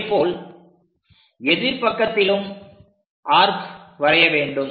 அதேபோல் எதிர் பக்கத்திலும் ஆர்க் வரைய வேண்டும்